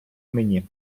мені